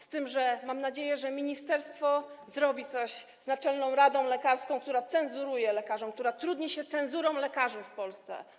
Z tym że mam nadzieję, że ministerstwo zrobi coś z Naczelną Radą Lekarską, która cenzuruje lekarzy, która trudni się cenzurą lekarzy w Polsce.